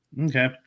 Okay